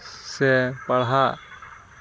ᱥᱮ ᱯᱟᱲᱦᱟᱜ